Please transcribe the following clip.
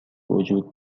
وجود